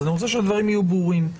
אני רוצה שהדברים יהיו ברורים.